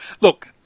look